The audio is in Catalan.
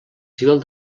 civil